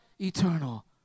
eternal